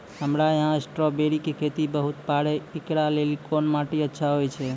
हमरा यहाँ स्ट्राबेरी के खेती हुए पारे, इकरा लेली कोन माटी अच्छा होय छै?